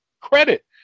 credit